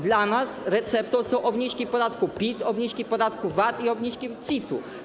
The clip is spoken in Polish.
Dla nas receptą są obniżki podatku PIT, obniżki podatku VAT i obniżki CIT-u.